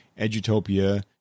Edutopia